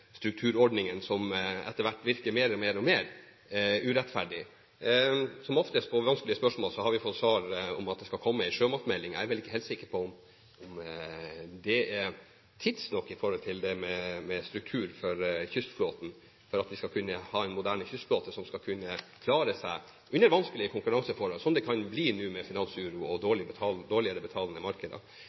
strukturordningen som etter hvert virker mer og mer urettferdig. Som oftest på vanskelige spørsmål har vi fått til svar at det skal komme en sjømatmelding. Jeg er vel ikke helt sikker på om det er tidsnok med tanke på det med struktur for kystflåten, for at vi skal kunne ha en moderne kystflåte som skal kunne klare seg under vanskelige konkurranseforhold – som det kan bli nå med finansuro og dårligere betalende markeder.